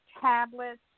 tablets